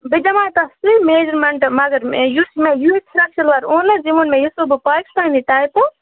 بہٕ دِمٕہا تتھ سُے میجرمیٚنٛٹ مگر یُس مےٚ یُس یہِ ہیٚو فراک شلوار اوٚن نہ حظ یہِ ووٚن مےٚ یہِ سُوٕ بہٕ پاکِستانی ٹایپہٕ